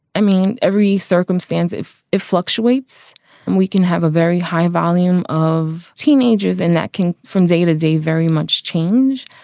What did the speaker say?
i mean, every circumstance, if it fluctuates and we can have a very high volume of teenagers and that can from day to day very much change.